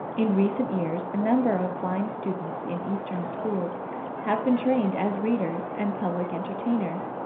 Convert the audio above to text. in recent years a number of blind students in eastern schools have been trained as readers and public entertainers,